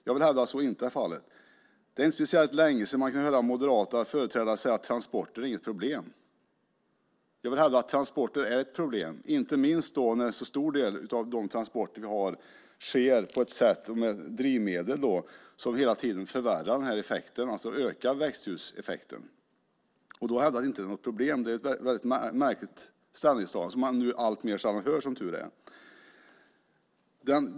Jag vill hävda att så inte är fallet. Det är inte speciellt länge sedan man kunde höra moderata företrädare säga att transporter inte var något problem. Jag vill hävda att transporter är ett problem, inte minst när så stor del av de transporter vi har sker med drivmedel som hela tiden ökar växthuseffekten. Att då hävda att det inte är något problem är ett väldigt märkligt ställningstagande som man nu alltmer sällan hör som tur är.